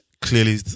clearly